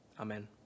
Amen